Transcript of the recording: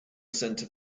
center